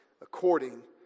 according